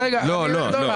לא.